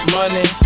money